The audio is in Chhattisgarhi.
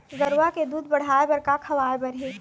गरवा के दूध बढ़ाये बर का खवाए बर हे?